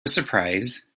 surprise